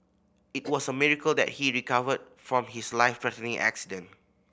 it was a miracle that he recovered from his life threatening accident